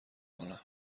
کنم